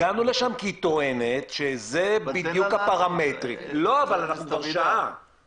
הגענו לשם כי היא טוענת שזה בדיוק הפרמטרים --- אני